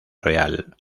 real